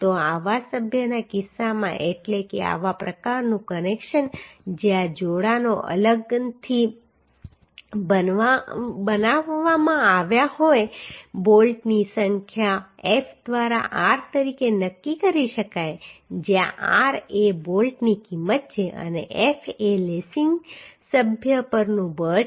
તો આવા સભ્યના કિસ્સામાં એટલે કે આવા પ્રકારનું કનેક્શન જ્યાં જોડાણો અલગથી બનાવવામાં આવ્યા હોય તો બોલ્ટની સંખ્યા F દ્વારા R તરીકે નક્કી કરી શકાય જ્યાં R એ બોલ્ટની કિંમત છે અને F એ લેસિંગ સભ્ય પરનું બળ છે